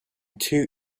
too